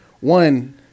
one